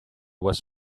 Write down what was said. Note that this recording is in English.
was